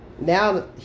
now